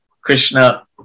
Krishna